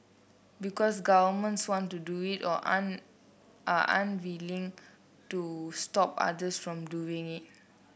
because governments want to do it or are unwilling to stop others from doing it